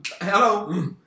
Hello